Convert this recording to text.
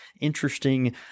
interesting